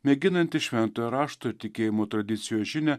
mėginanti šventojo rašto ir tikėjimo tradicijos žinią